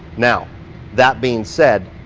now that being said,